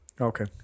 Okay